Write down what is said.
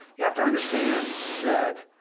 you have to understand that